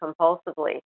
compulsively